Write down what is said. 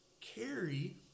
carry